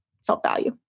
self-value